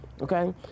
okay